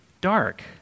dark